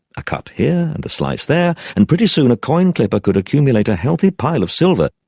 a cut here and a slice there and pretty soon a coin clipper could accumulate a healthy pile of silver,